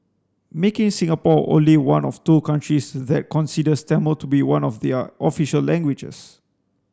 making Singapore only one of two countries that considers Tamil to be one of their official languages